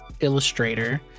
illustrator